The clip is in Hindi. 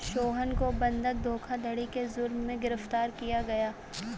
सोहन को बंधक धोखाधड़ी के जुर्म में गिरफ्तार किया गया